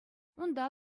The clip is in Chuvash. унта